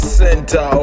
center